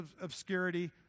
obscurity